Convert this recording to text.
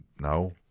no